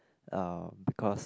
uh because